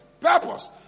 Purpose